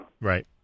Right